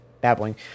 babbling